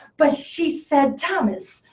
but she said, thomas,